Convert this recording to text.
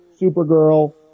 Supergirl